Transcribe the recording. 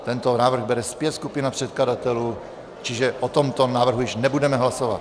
Tento návrh bere zpět skupina předkladatelů, čiže o tomto návrhu již nebudeme hlasovat.